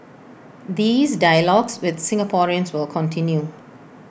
these dialogues with Singaporeans will continue